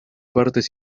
partes